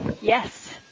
Yes